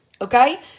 okay